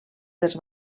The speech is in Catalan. dels